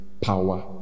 power